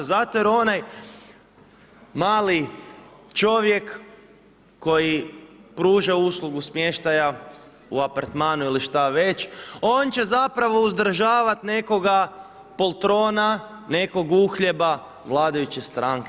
Zato jer onaj mali čovjek koji pruža uslugu smještaja u apartmanu ili šta već, on će zapravo uzdržavati nekoga poltrona nekog uhljeba vladajuće stranke.